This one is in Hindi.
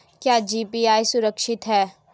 क्या जी.पी.ए सुरक्षित है?